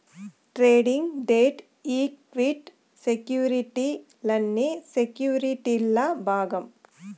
trading, debt, equity సెక్యుర్టీలన్నీ సెక్యుర్టీల్ల భాగం